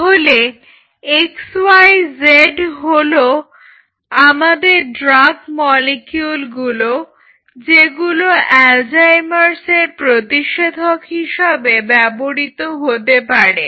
তাহলে xyz হলো আমাদের ড্রাগ মলিকিউলগুলো যেগুলো অ্যালঝেইমার্সের প্রতিষেধক হিসেবে ব্যবহৃত হতে পারে